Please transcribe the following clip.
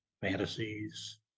fantasies